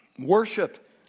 Worship